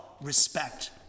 respect